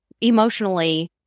emotionally